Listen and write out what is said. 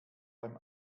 beim